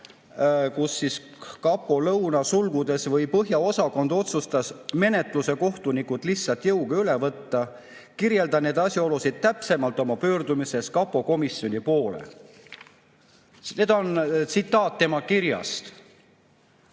kus kapo lõuna‑ (või põhja-) osakond otsustas menetluse kohtunikult lihtsalt jõuga üle võtta. Kirjeldan neid asjaolusid täpsemalt oma pöördumises kapokomisjoni poole." See on tsitaat tema kirjast.